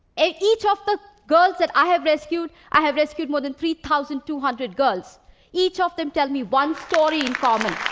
each of the girls that i have rescued i have rescued more than three thousand two hundred girls each of them tell me one story in common.